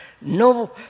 no